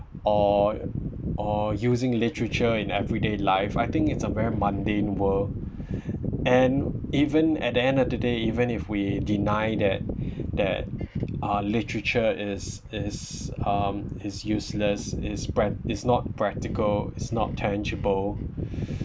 or or using literature in everyday life I think it's a very mundane world and even at the end of the day even if we deny that that uh literature is is um is useless is prac~ is not practical it's not tangible